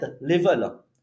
level